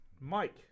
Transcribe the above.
Mike